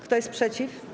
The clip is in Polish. Kto jest przeciw?